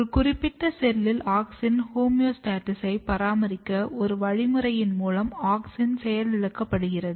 ஒரு குறிப்பிட்ட செல்லில் ஆக்ஸின் ஹோமியோஸ்டாஸிஸை பராமரிக்க ஒரு வழிமுறையின் மூலம் ஆக்ஸின் செயலிழக்கப்படுகிறது